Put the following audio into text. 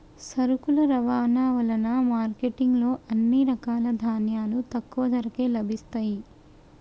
సరుకుల రవాణా వలన మార్కెట్ లో అన్ని రకాల ధాన్యాలు తక్కువ ధరకే లభిస్తయ్యి